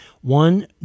One